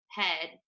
head